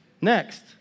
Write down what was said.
Next